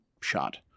shot